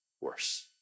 worse